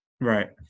Right